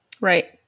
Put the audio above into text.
Right